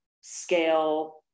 scale